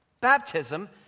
Baptism